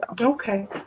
Okay